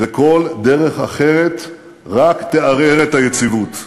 וכל דרך אחרת רק תערער את היציבות.